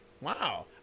Wow